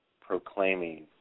proclaiming